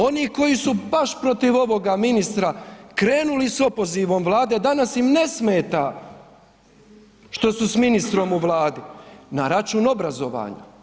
Oni koji su baš protiv ovoga ministra krenuli s opozivom Vlade, danas im ne smeta što su s ministrom u Vladi na račun obrazovanja.